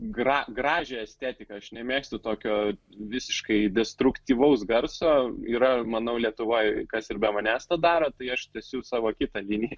gražiąją estetiką aš nemėgstu tokio visiškai destruktyvaus garso yra manau lietuvoj kas ir be manęs tą daro tai aš tęsiu savo kita linija